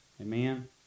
Amen